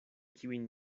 kiujn